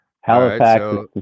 Halifax